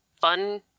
fun